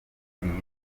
espagne